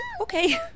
Okay